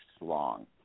long